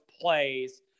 plays